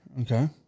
Okay